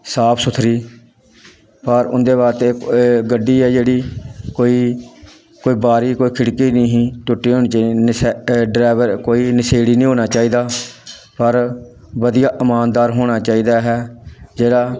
ਸਾਫ਼ ਸੁਥਰੀ ਔਰ ਉਹਦੇ ਵਾਸਤੇ ਗੱਡੀ ਆ ਜਿਹੜੀ ਕੋਈ ਕੋਈ ਬਾਰੀ ਕੋਈ ਖਿੜਕੀ ਨਹੀਂ ਟੁੱਟੀ ਹੋਣੀ ਚਾਹੀਦੀ ਨਸ਼ ਡਰਾਈਵਰ ਕੋਈ ਨਸ਼ੇੜੀ ਨਹੀਂ ਹੋਣਾ ਚਾਹੀਦਾ ਪਰ ਵਧੀਆ ਇਮਾਨਦਾਰ ਹੋਣਾ ਚਾਹੀਦਾ ਹੈ ਜਿਹੜਾ